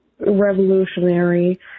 revolutionary